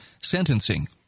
sentencing